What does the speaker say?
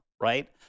right